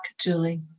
Julie